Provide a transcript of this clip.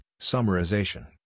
summarization